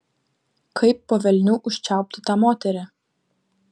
kaip po velnių užčiaupti tą moterį